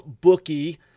bookie